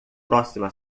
próxima